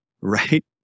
Right